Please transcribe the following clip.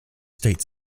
state